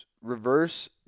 reverse